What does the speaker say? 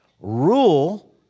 rule